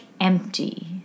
empty